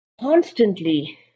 constantly